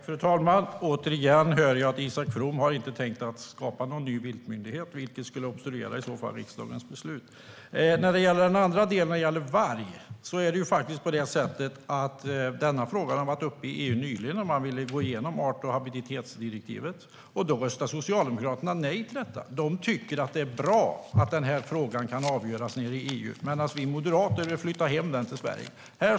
Fru talman! Återigen hör jag att Isak From inte har tänkt skapa någon ny viltmyndighet. Det skulle i så fall vara att obstruera mot riksdagens beslut. När det gäller varg var den frågan faktiskt uppe i EU nyligen. Man ville gå igenom art och habitatdirektivet. Socialdemokraterna röstade nej till det. De tycker att det är bra att den här frågan avgörs nere i EU medan vi moderater vill flytta hem den till Sverige.